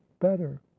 better